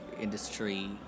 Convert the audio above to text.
industry